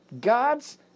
God's